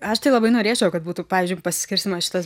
aš tai labai norėčiau kad būtų pavyzdžiui pasiskirstymas šitas